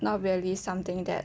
not really something that